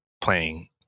playing